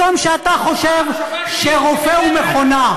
משום שאתה חושב שרופא הוא מכונה.